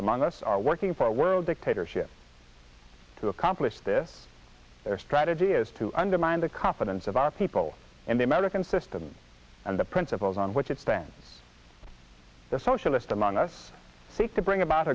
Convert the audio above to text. among us are working for a world dictatorship to accomplish this their strategy is to undermine the confidence of our people and the american system and the principles on which it stands the socialist among us seek to bring about